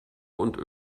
und